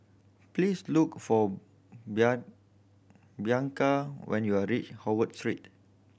please look for Bianca when you are reach Howard